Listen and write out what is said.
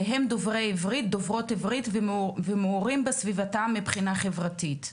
והם דוברי עברית ודוברות עברית ומעורים בסביבתם מבחינה חברתית.